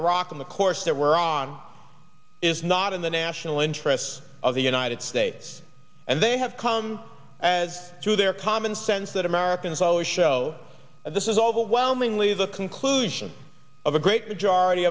iraq in the course that we're on is not in the national interests of the united states and they have come as to their common sense that americans always show this is overwhelmingly the conclusion of a great majority